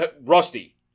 rusty